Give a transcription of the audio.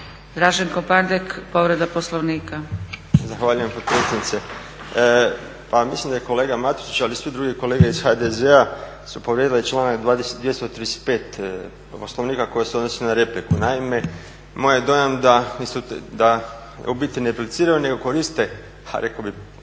**Pandek, Draženko (SDP)** Zahvaljujem potpredsjednice. Pa mislim da je kolega Matušić ali i svi drugi kolege iz HDZ-a su povrijedili članak 235. Poslovnika koje se odnose na replike. Naime, moj je dojam da u biti ne repliciraju nego koriste a rekao bih